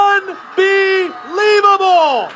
Unbelievable